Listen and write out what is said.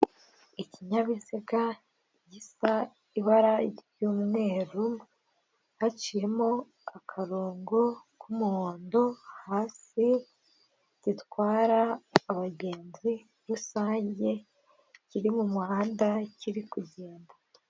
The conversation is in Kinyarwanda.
Ikinyabiziga gisa ibara ry'umweru hacirimo akarongo k'umuhondo hasi gitwara abagenzi rusange kiri mu muhanda kiri kugenda.